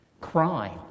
crime